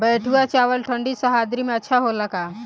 बैठुआ चावल ठंडी सह्याद्री में अच्छा होला का?